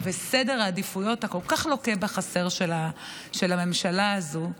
וסדר העדיפויות הכל-כך לוקה בחסר של הממשלה הזאת.